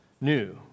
new